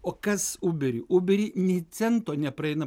o kas uberiui ubery nė cento nepraeina